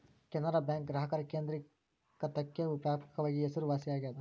ಕೆನರಾ ಬ್ಯಾಂಕ್ ಗ್ರಾಹಕರ ಕೇಂದ್ರಿಕತೆಕ್ಕ ವ್ಯಾಪಕವಾಗಿ ಹೆಸರುವಾಸಿಯಾಗೆದ